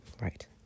Right